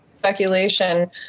speculation